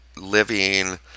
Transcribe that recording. living